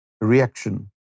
Reaction